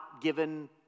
given